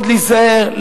מאוד להיזהר,